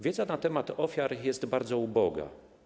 Wiedza na temat ofiar jest bardzo uboga.